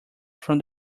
from